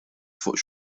fuq